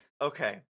okay